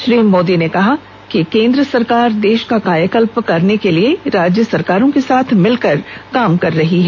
श्री नरेंद्र मोदी ने कहा कि केंद्र सरकार देश का काया कल्प करने के लिए राज्य सरकारों के साथ मिल कर काम कर रही है